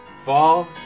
fall